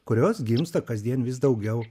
kurios gimsta kasdien vis daugiau